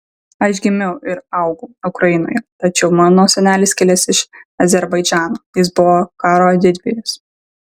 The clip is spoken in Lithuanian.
aš gimiau ir augau ukrainoje tačiau mano senelis kilęs iš azerbaidžano jis buvo karo didvyris